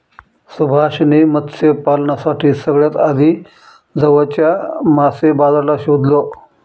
सुभाष ने मत्स्य पालनासाठी सगळ्यात आधी जवळच्या मासे बाजाराला शोधलं